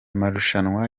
marushanwa